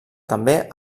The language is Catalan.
també